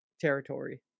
territory